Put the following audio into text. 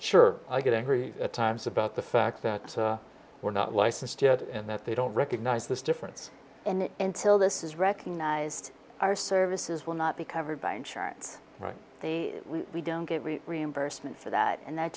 sure i get angry at times about the fact that we're not licensed yet and that they don't recognize this difference and intil this is recognized our services will not be covered by insurance right the we don't get reimbursement for that and th